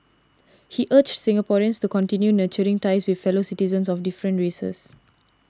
he urged Singaporeans to continue nurturing ties with fellow citizens of different races